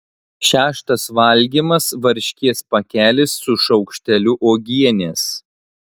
šeštas valgymas varškės pakelis su šaukšteliu uogienės